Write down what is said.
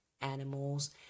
animals